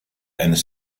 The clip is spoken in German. eines